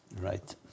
Right